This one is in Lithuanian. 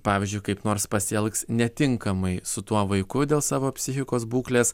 pavyzdžiui kaip nors pasielgs netinkamai su tuo vaiku dėl savo psichikos būklės